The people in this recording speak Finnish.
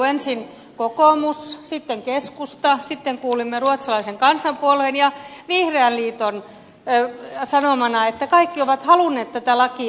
ensin kokoomus sitten keskusta sitten kuulimme ruotsalaisen kansanpuolueen ja vihreän liiton sanomana että kaikki ovat halunneet tätä lakia